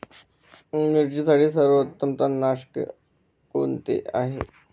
मिरचीसाठी सर्वोत्तम तणनाशक कोणते आहे?